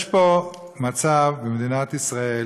יש פה מצב במדינת ישראל